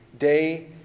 Day